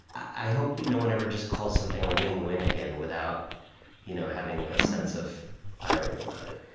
i hope no one ever just calls something a win-win again without you know having a sense of irony around it.